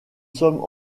sommes